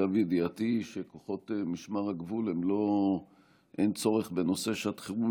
מיטב ידיעתי הוא שלגבי כוחות משמר הגבול אין צורך בנושא שעת חירום,